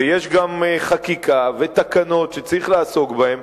ויש גם חקיקה ותקנות שצריך לעסוק בהן,